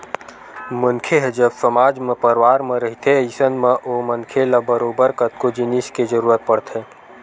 मनखे ह जब समाज म परवार म रहिथे अइसन म ओ मनखे ल बरोबर कतको जिनिस के जरुरत पड़थे